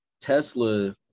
Tesla